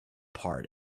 part